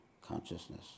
consciousness